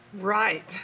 Right